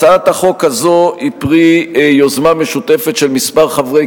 הצעת החוק הזאת היא פרי יוזמה משותפת של מספר חברי